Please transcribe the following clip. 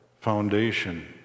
foundation